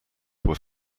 were